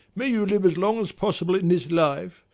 may you live as long as possible in this life,